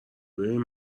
ببین